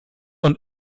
und